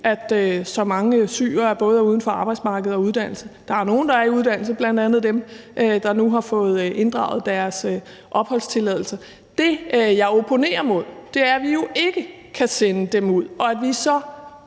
at så mange syrere står uden for arbejdsmarkedet og ikke er i uddannelse. Der er nogle, der er i uddannelse, bl.a. dem, der nu har fået inddraget deres opholdstilladelse. Det, jeg opponerer mod, er, at vi jo ikke kan sende dem ud, og at vi så